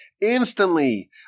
Instantly